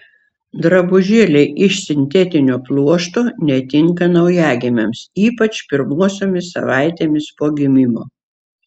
drabužėliai iš sintetinio pluošto netinka naujagimiams ypač pirmosiomis savaitėmis po gimimo